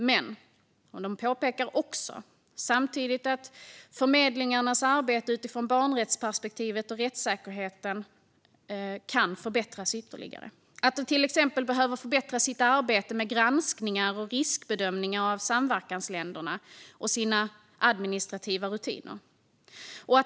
Men de påpekar också att förmedlingarnas arbete utifrån barnrättsperspektivet och rättssäkerheten kan förbättras ytterligare. De behöver till exempel förbättra sitt arbete med granskningar och riskbedömningar av samverkansländer och sina administrativa rutiner.